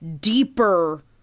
deeper